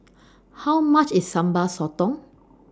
How much IS Sambal Sotong